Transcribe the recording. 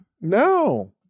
No